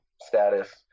status